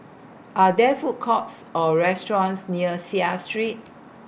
Are There Food Courts Or restaurants near Seah Street